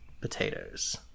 potatoes